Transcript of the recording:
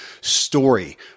story